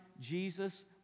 Jesus